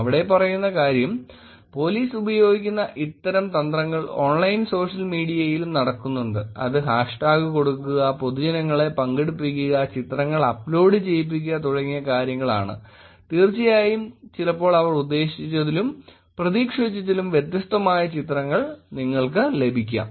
ഇവിടെ പറയുന്ന കാര്യം പോലീസ് ഉപയോഗിക്കുന്ന ഇത്തരം തന്ത്രങ്ങൾ ഓൺലൈൻ സോഷ്യൽ മീഡിയയിലും നടക്കുന്നുണ്ട് അത് ഹാഷ് ടാഗ് കൊടുക്കുക പൊതുജനങ്ങളെ പങ്കെടുപ്പിക്കുക ചിത്രങ്ങൾ അപ്ലോഡ് ചെയ്യിപ്പിക്കുക തുടങ്ങിയ കാര്യങ്ങൾ ആണ് തീർച്ചയായും ചിലപ്പോൾ അവർ ഉദ്ദേശിച്ചതിലും പ്രതീക്ഷിച്ചതിലും വ്യത്യസ്തമായ ചിത്രങ്ങൾ നിങ്ങൾക്ക് ലഭിക്കും